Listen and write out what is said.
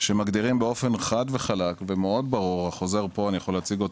שמגדירים באופן חד וחלק ומאוד ברור החוזר פה ואני יכול להציגו